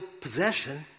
possession